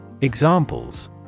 Examples